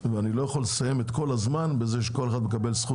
ואני לא יכול לסיים את כל הזמן כשכל אחד מקבל זכות